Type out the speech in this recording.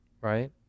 right